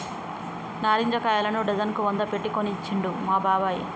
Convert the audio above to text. నారింజ కాయలను డజన్ కు వంద పెట్టి కొనుకొచ్చిండు మా బాబాయ్